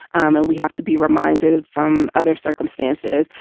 and we have to be reminded from other circumstances.